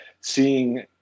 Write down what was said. seeing